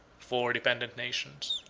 four dependent nations,